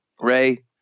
Ray